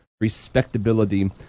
respectability